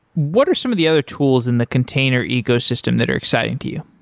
what are some of the other tools in the container ecosystem that are exciting to you?